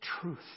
Truth